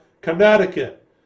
Connecticut